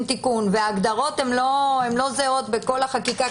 תיקון וההגדרות לא זהות בכל החקיקה,